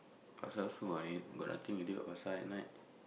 pasar on it got nothing already what pasar at night